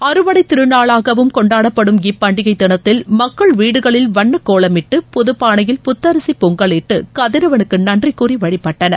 அறுவடைத் திருநாளாகவும் கொண்டாடப்படும் இப்பண்டிகை தினத்தில் மக்கள் வீடுகளில் வண்ணக் கோலமிட்டு புதப்பானையில் புத்திசி பொங்கலிட்டு கதிரவனுக்கு நன்றி கூறி வழிபட்டனர்